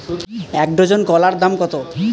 এক ডজন কলার দাম কত?